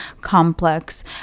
complex